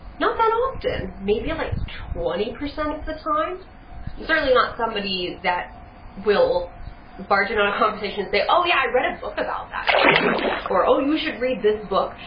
not that often. maybe like twenty percent of the time? i'm certainly not somebody that will barge in on a conversation and say oh yeah, i read a book about that thing or oh, you should read this book!